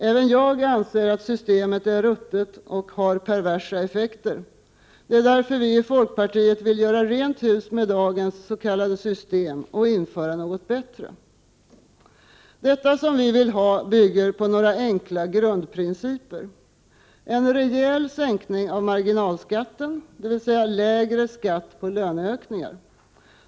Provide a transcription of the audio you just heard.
Även jag anser att systemet är ruttet och har perversa effekter. Det är därför som vi i folkpartiet vill göra rent hus med dagens s.k. system och införa något bättre. Detta som vi vill ha bygger på några enkla grundprinciper. En sådan är en rejäl sänkning av marginalskatten, dvs. lägre skatt på löneökningar.